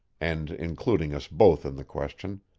and including us both in the question,